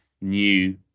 new